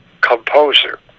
composer